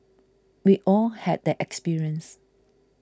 we all had that experience